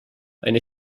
eine